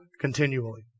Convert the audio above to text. continually